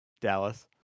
Dallas